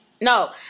no